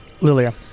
Lilia